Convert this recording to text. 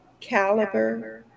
caliber